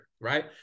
right